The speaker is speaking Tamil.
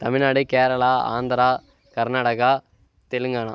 தமிழ்நாடு கேரளா ஆந்திரா கர்நாடகா தெலுங்கானா